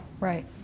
right